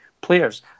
players